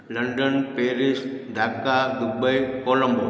London Paris Dhaka Dubai Colombo